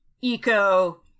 eco